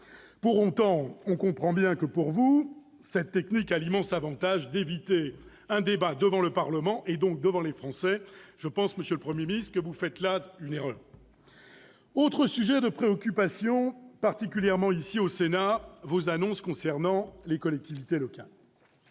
Pour autant, on comprend bien que, pour vous, cette technique a l'immense avantage d'éviter un débat devant le Parlement, et donc devant les Français. Je pense que vous faites là une erreur. Autre sujet de préoccupation, particulièrement ici au Sénat : vos annonces concernant les collectivités locales.